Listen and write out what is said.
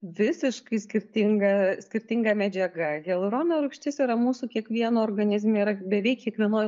visiškai skirtinga skirtinga medžiaga hialurono rūgštis yra mūsų kiekvieno organizme yra beveik kiekvienoj